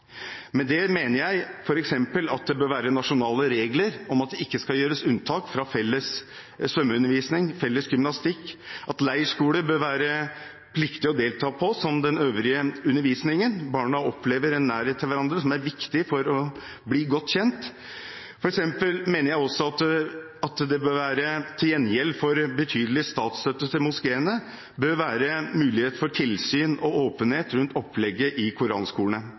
Med det mener jeg f.eks. at det bør være nasjonale regler om at det ikke skal gjøres unntak fra felles svømmeundervisning og felles gymnastikk, at leirskole bør det være pliktig å delta på – som den øvrige undervisningen – barna opplever en nærhet til hverandre som er viktig for å bli godt kjent. For eksempel mener jeg også at det til gjengjeld for betydelig statsstøtte til moskeene bør være mulighet for tilsyn og åpenhet rundt opplegget i koranskolene,